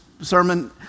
sermon